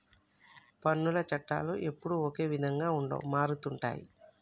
పన్నుల చట్టాలు ఎప్పుడూ ఒకే విధంగా ఉండవు మారుతుంటాయి